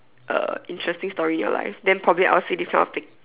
a interesting story in your life then probably I will say this kind of thing